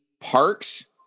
parks